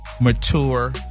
mature